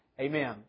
Amen